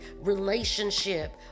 relationship